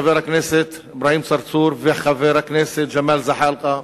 חבר הכנסת אברהים צרצור וחבר הכנסת ג'מאל זחאלקה,